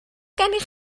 gennych